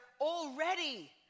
already